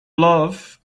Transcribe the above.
love